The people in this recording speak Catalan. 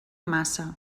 massa